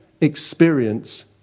experience